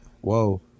whoa